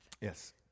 yes